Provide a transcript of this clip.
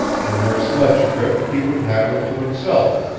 in their sledge trip he would have her to himself,